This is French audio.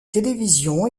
télévision